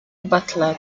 butler